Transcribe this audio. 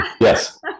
Yes